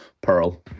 pearl